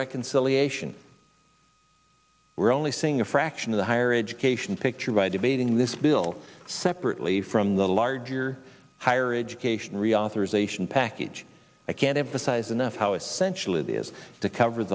reconciliation we're only seeing a fraction of the higher education picture by debating this bill separately from the larger higher education reauthorization package i can't emphasize enough how essential it is to cover